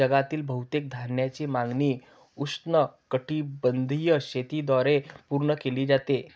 जगातील बहुतेक धान्याची मागणी उष्णकटिबंधीय शेतीद्वारे पूर्ण केली जाते